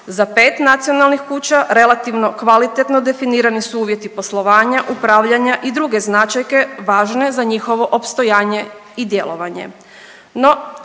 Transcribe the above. Za pet nacionalnih kuća relativno kvalitetno definirani su uvjeti poslovanja, upravljanja i druge značajke važne za njihovo opstojanje i djelovanje.